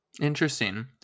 Interesting